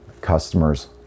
customers